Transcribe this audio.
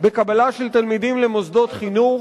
בקבלה של תלמידים למוסדות חינוך